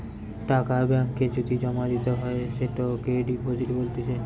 টাকা ব্যাঙ্ক এ যদি জমা দিতে হয় সেটোকে ডিপোজিট বলতিছে